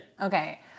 Okay